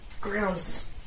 grounds